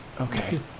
Okay